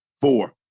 four